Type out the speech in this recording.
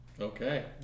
Okay